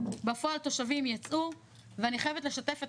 בפועל תושבים יצאו ואני חייבת לשתף את